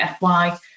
FY